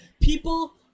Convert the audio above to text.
people